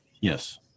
Yes